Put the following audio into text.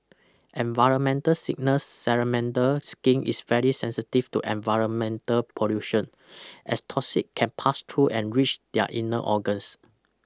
environmental signals Salamander skin is very sensitive to environmental pollution as toxin can pass through and reach their inner organs